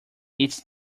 its